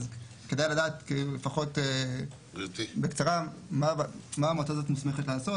כדאי לדעת לפחות בקצרה מה המועצה הזאת מוסמכת לעשות.